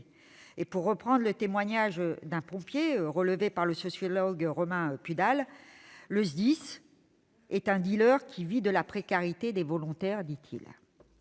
Pour reprendre le témoignage d'un pompier relevé par le sociologue Romain Pudal, « le SDIS est un qui vit de la précarité des volontaires ».